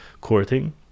courting